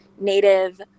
native